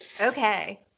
Okay